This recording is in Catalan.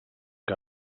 que